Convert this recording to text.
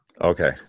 Okay